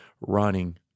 running